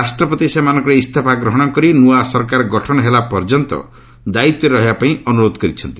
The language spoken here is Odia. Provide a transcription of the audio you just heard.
ରାଷ୍ଟ୍ରପତି ସେମାନଙ୍କର ଇସ୍ତଫା ଗ୍ରହଣ କରି ନୂଆ ସରକାର ଗଠନ ହେଲା ପର୍ଯ୍ୟନ୍ତ ଦାୟିତ୍ୱରେ ରହିବାପାଇଁ ଅନ୍ତରୋଧ କରିଛନ୍ତି